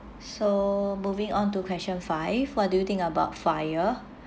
so moving on to question five what do you think about F_I_R_E